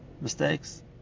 mistakes